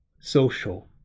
social